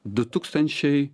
du tūkstančiai